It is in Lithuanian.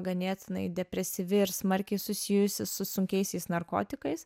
ganėtinai depresyvi ir smarkiai susijusi su sunkiaisiais narkotikais